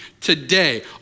Today